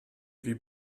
wie